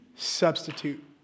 substitute